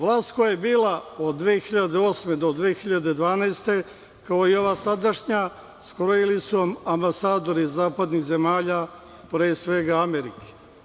Vlast koja je bila od 2008. do 2012. godine, kao i ova sadašnja, skrojili su ambasadori zapadnih zemalja, pre svega Amerike.